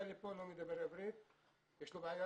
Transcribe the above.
בבקשה.